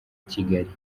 kigali